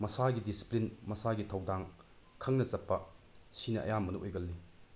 ꯃꯁꯥꯒꯤ ꯗꯤꯁꯤꯄ꯭ꯂꯤꯟ ꯃꯁꯥꯒꯤ ꯊꯧꯗꯥꯡ ꯈꯪꯅ ꯆꯠꯄ ꯁꯤꯅ ꯑꯌꯥꯝꯕꯅ ꯑꯣꯏꯒꯜꯂꯤ